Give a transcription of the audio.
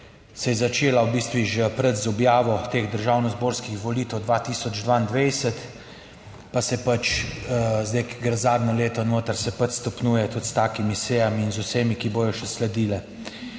se je začela v bistvu že prec z objavo teh državnozborskih volitev 2022, pa se pač zdaj, ko gre zadnja leta noter, se pač stopnjuje tudi s takimi sejami in z vsemi, ki bodo še sledile.